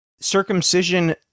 circumcision